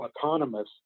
autonomous